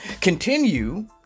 Continue